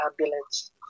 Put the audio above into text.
ambulance